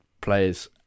players